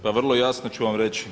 Pa vrlo jasno ću vam reći.